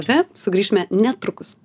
čia sugrįšime netrukus